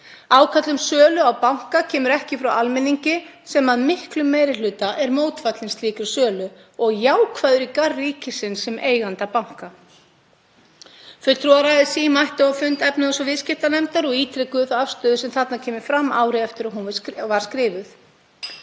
Ákall um sölu á banka kemur ekki frá almenningi sem að miklum meirihluta er mótfallinn slíkri sölu og jákvæður í garð ríkisins sem eiganda banka.“ Fulltrúar ASÍ mættu á fund efnahags- og viðskiptanefndar og ítrekuðu þá afstöðu sem þarna kemur fram ári eftir að hún var skrifuð.